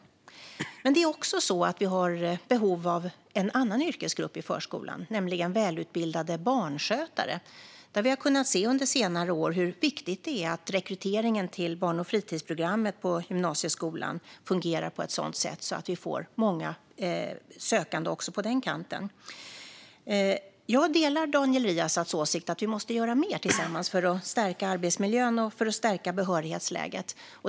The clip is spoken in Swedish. Det är också så att vi har behov av en annan yrkesgrupp i förskolan, nämligen välutbildade barnskötare. Vi har under senare år kunnat se hur viktigt det är att rekryteringen till barn och fritidsprogrammet på gymnasieskolan fungerar på ett sådant sätt att vi får många sökande på den kanten. Jag delar Daniel Riazats åsikt att vi måste göra mer tillsammans för att stärka arbetsmiljön och behörighetsläget.